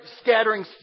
scattering